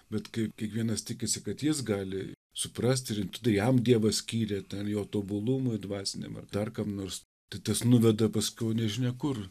bet kai kiekvienas tikisi kad jis gali suprasti ir tada jam dievas skyrė tam jo tobulumui dvasiniam ir dar kam nors tai tas nuveda paskiau nežinia kur